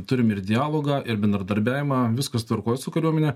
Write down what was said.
turim ir dialogą ir bendradarbiavimą viskas tvarkoj su kariuomene